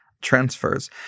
transfers